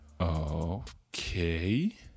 Okay